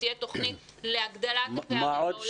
מה עוד